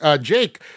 Jake